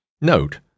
note